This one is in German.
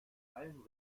allen